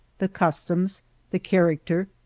the customs, the character,